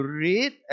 read